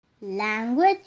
Language